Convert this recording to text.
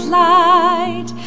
light